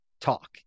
talk